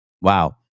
Wow